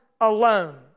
alone